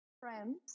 friends